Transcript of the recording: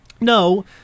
No